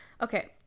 okay